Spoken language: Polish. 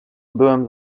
byłem